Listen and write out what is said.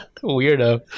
weirdo